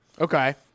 Okay